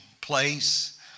place